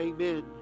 Amen